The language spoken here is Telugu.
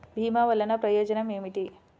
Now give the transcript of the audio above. భీమ వల్లన ప్రయోజనం ఏమిటి?